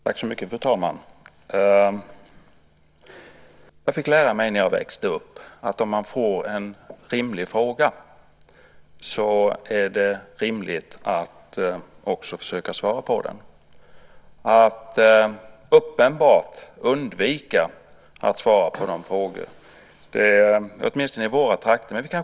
Fru talman! När jag växte upp fick jag lära mig att om man får en rimlig fråga är det också rimligt att försöka svara på den. Att uppenbart undvika att svara på sådana frågor uppfattas som både ohyfsat och - inte minst - obildat.